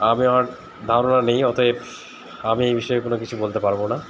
আমি আমার ধারণা নেই অতএব আমি এই বিষয়ে কোনো কিছু বলতে পারবো না